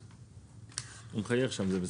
הוא מחייך שם.